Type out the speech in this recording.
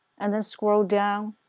and then scroll down.